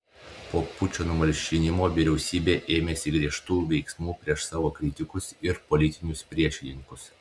po pučo numalšinimo vyriausybė ėmėsi griežtų veiksmų prieš savo kritikus ir politinius priešininkus